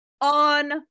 on